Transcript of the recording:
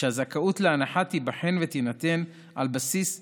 והזכאות להנחה תיבחן ותינתן על בסיס דו-חודשי.